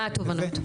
מה התובנות?